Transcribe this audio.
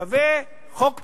שווה חוק פינדרוס.